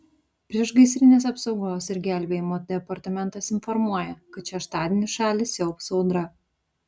priešgaisrinės apsaugos ir gelbėjimo departamentas informuoja kad šeštadienį šalį siaubs audra